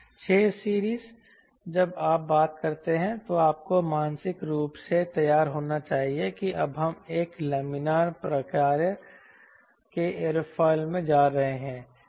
6 series जब आप बात करते हैं तो आपको मानसिक रूप से तैयार होना चाहिए कि अब हम एक लामिनायर प्रकार के एयरोफिल में जा रहे हैं